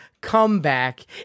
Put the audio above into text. comeback